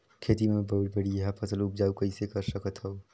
खेती म मै बढ़िया फसल उपजाऊ कइसे कर सकत थव?